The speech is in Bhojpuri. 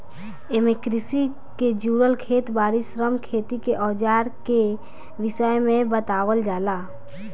एमे कृषि के जुड़ल खेत बारी, श्रम, खेती के अवजार के विषय में बतावल जाला